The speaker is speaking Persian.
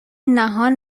نهان